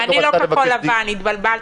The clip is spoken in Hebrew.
אני לא כחול לבן, התבלבלת.